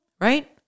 Right